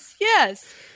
yes